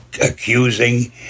accusing